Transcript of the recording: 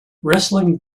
wrestling